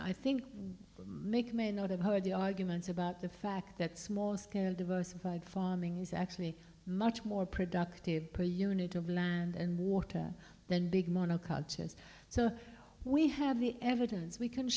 i think make may not have heard the arguments about the fact that small scale diversified farming is actually much more productive per unit of land and water than big monocultures so we have the evidence we c